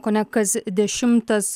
kone kas dešimtas